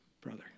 brother